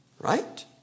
right